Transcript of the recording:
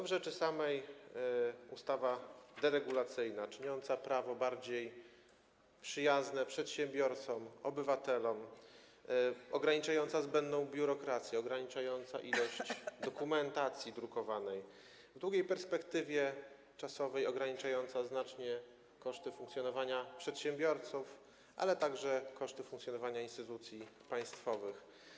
W rzeczy samej to ustawa deregulacyjna, czyniąca prawo bardziej przyjaznym przedsiębiorcom, obywatelom, ograniczająca zbędną biurokrację, ograniczająca ilość dokumentacji drukowanej, w długiej perspektywie czasowej ograniczająca znacznie koszty funkcjonowania przedsiębiorców, ale także koszty funkcjonowania instytucji państwowych.